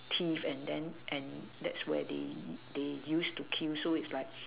teeth and then and that's where they they use to kill so it's like